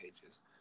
pages